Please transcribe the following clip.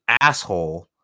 asshole